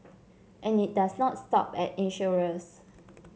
and it does not stop at insurers